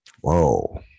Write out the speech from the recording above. Whoa